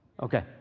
Okay